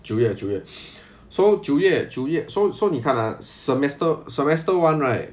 九月九月 so 九月九月 so so 你看 ah semester semester one right